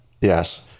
yes